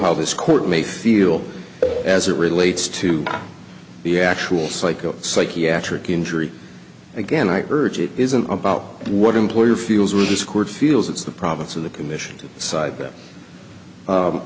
how this court may feel as it relates to the actual psycho psychiatric injury again i urge it isn't about what employer feels with dischord feels it's the province of the commission to decide that